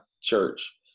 church